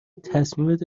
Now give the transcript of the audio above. تصمیمت